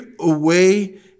away